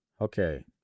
okay